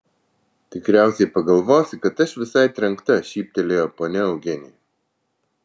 tikriausiai pagalvosi kad aš visai trenkta šyptelėjo ponia eugenija